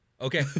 Okay